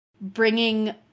bringing